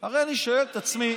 הרי אני שואל את עצמי